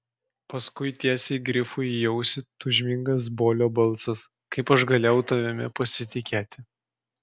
paskui tiesiai grifui į ausį tūžmingas bolio balsas kaip aš galėjau tavimi pasitikėti